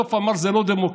בסוף הוא אמר: זה לא דמוקרטי.